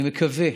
אני מקווה,